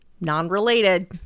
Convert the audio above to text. non-related